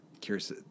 curious